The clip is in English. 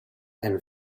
and